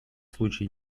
случае